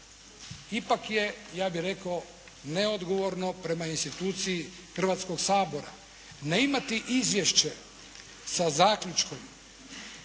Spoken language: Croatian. ipak je ja bih rekao neodgovorno prema instituciji Hrvatskog sabora. Ne imati izvješće sa zaključkom